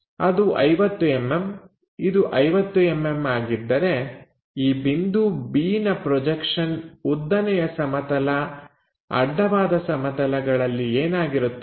ಅದು 50mm ಇದು 50mm ಆಗಿದ್ದರೆ ಈ ಬಿಂದು B ನ ಪ್ರೊಜೆಕ್ಷನ್ ಉದ್ದನೆಯ ಸಮತಲ ಅಡ್ಡವಾದ ಸಮತಲಗಳಲ್ಲಿ ಏನಾಗಿರುತ್ತದೆ